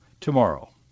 tomorrow